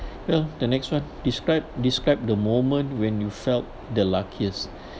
well the next one describe describe the moment when you felt the luckiest